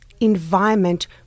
environment